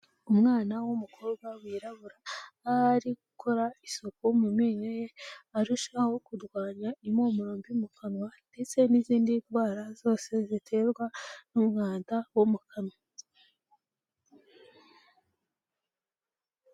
Umwana w'umukobwa wirabura aho ari gukora isuku mu menyo ye arushaho kurwanya impumuro mbi mu kanwa ndetse n'izindi ndwara zose ziterwa n'umwanda wo mu kanwa.